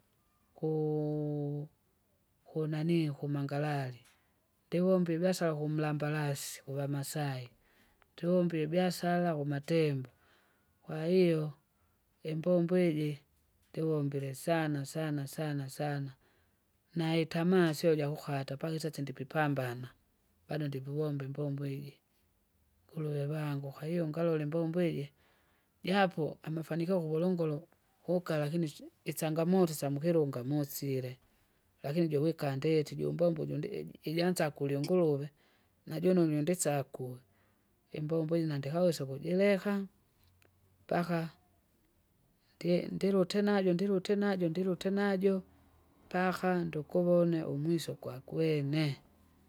Ku- kunanii kumangalale, ndivomba ibiasara kumlambarasi kuvamasai, ndivomba ibiasara kumatembo. Kwahiyo, imbombo iji, ndivombile sana sana sana sana, naitamaa sio jakukata paka isasa ndipipambana, bado ndipuvomba imbombo iji nguruwe vangu kwahiyo ungalole imbombo iji, japo amafanikio kuvulongolo kukala lakini isi- isangamoto sysmkilunga musile, likini juwika ndeti jumbombo jundi iji- ijansa kuliunguruve, najono nyundisaku. Imbombo iji nandikawesa ukujileka, mpaka, ndi- ndulute najo ndilute najo ndilute najo, mpaka ndukuvone umwiso kwakwene.